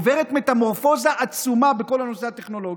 עוברת מטמורפוזה עצומה בכל הנושא הטכנולוגי.